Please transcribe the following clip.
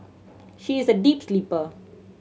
she is a deep sleeper